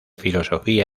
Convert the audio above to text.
filosofía